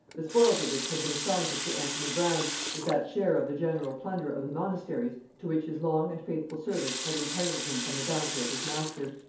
the spoils of which had been assigned to sir anthony brown as that share of the general plunder of the monasteries to which his long and faithful service had entitled him from the bounty of his master.